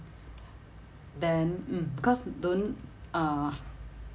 then mm because don't uh